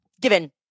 given